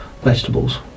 vegetables